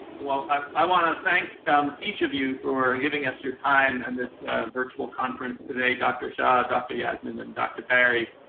well i want to thank each of you for giving us your time and this virtual conference today, dr. shah, dr. yasmin, and dr. barry.